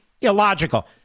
illogical